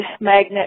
magnet